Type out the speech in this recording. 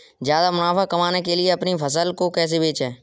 ज्यादा मुनाफा कमाने के लिए अपनी फसल को कैसे बेचें?